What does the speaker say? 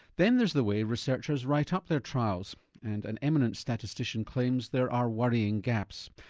then there's the way researchers write up their trials and an eminent statistician claims there are worrying gaps.